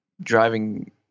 driving